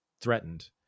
threatened